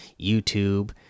YouTube